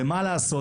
ומה לעשות,